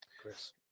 Chris